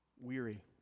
weary